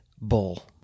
Bull